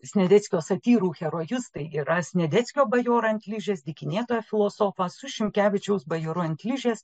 sniadeckio satyrų herojus tai yra sniadeckio bajorą ant ližės dykinėtoją filosofą su šimkevičiaus bajoru ant ližės